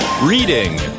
reading